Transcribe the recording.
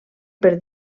per